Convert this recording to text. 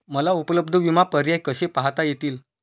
मला उपलब्ध विमा पर्याय कसे पाहता येतील?